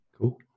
Cool